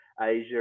Asia